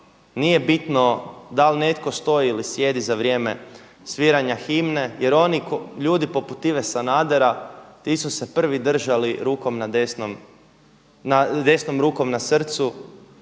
nije bitno da li netko stoji ili sjedi za vrijeme sviranja himne jer oni ljudi poput Ive Sanadera, ti su se prvi držali desnom rukom na srcu